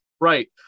Right